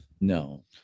no